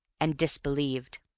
and disbelieved.